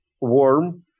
warm